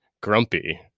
grumpy